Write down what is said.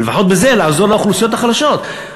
ולפחות בזה לעזור לאוכלוסיות החלשות.